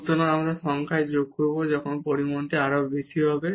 সুতরাং যখন আমরা সংখ্যায় যোগ করব তখন পরিমাণটি আরও বড় হবে